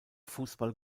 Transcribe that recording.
fußball